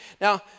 now